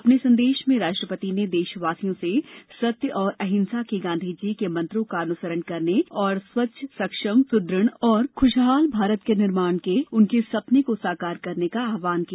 अपने संदेश में राष्ट्रपति ने देशवासियों से सत्य और अहिंसा के गांधी जी के मंत्रों का अनुसरण करने और स्वच्छ सक्षम सुदृढ़ तथा खुशहाल भारत के निर्माण के उनके सपने को साकार करने का आहवान किया